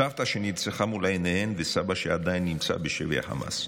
סבתא שנרצחה מול עיניהן וסבא שעדיין נמצא בשבי החמאס.